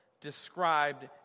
described